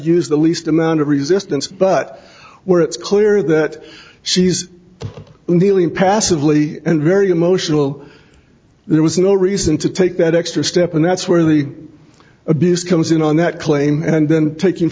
use the least amount of resistance but where it's clear that she's passively and very emotional there was no reason to take that extra step and that's where the abuse comes in on that claim and then taking